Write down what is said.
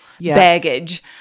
baggage